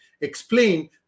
explain